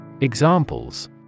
Examples